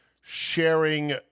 sharing